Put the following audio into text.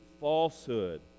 falsehood